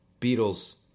Beatles